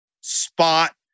spot